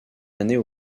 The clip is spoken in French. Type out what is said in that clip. années